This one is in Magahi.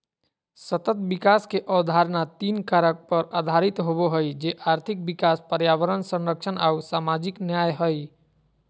सतत विकास के अवधारणा तीन कारक पर आधारित होबो हइ, जे आर्थिक विकास, पर्यावरण संरक्षण आऊ सामाजिक न्याय हइ